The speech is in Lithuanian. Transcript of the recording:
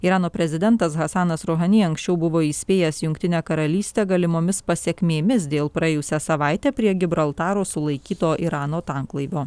irano prezidentas hasanas rohany anksčiau buvo įspėjęs jungtinę karalystę galimomis pasekmėmis dėl praėjusią savaitę prie gibraltaro sulaikyto irano tanklaivio